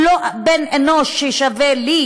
הוא לא בן אנוש ששווה לי